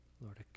Lord